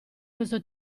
questo